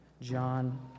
John